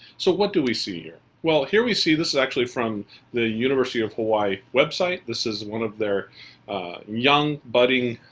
so what do we see here? well, here we see, this is actually from the university of hawai'i website, this is one of their young, budding,